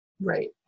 Right